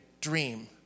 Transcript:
dream